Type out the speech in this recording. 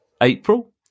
april